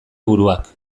buruak